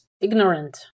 ignorant